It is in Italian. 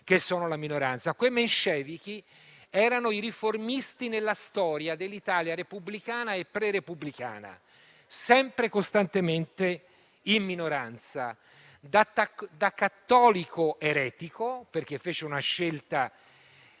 Quei menscevichi erano i riformisti nella storia dell'Italia repubblicana e prerepubblicana, sempre, costantemente in minoranza, da cattolico eretico - perché fece una scelta